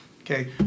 okay